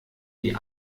die